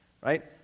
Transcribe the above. Right